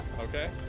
Okay